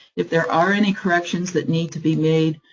if there are any corrections that need to be made,